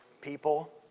people